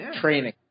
training